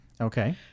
Okay